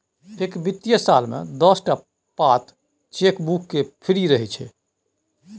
एक बित्तीय साल मे दस टा पात चेकबुक केर फ्री रहय छै